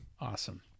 Awesome